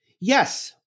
Yes